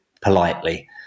politely